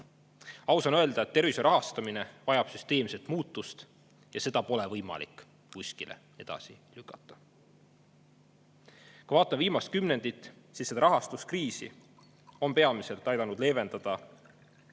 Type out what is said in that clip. Aus on öelda, et tervishoiu rahastamine vajab süsteemset muutust ja seda pole võimalik kuskile edasi lükata. Viimasel kümnendil on seda rahastuskriisi peamiselt aidanud leevendada